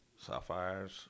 sapphires